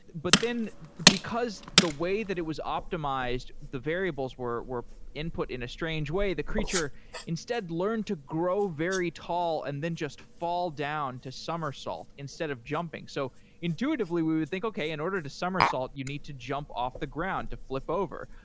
but then because the way that it was optimized, the variables were were input in a strange way. the creature instead learned to grow very tall and then just fall down to summersault instead of jumping. so intuitively we would think, okay. in order to summersault, you need to jump off the ground to flip over,